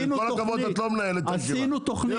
עם כל הכבוד, את לא מנהלת את הישיבה, תני לו לדבר.